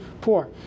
poor